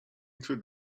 through